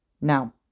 Now